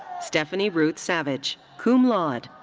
stephanie ruth savage, cum laude.